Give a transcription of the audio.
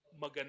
maganda